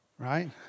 Right